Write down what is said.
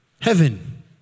Heaven